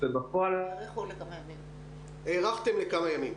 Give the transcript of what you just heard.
ובפועל --- הארכתם בכמה ימים.